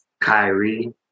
Kyrie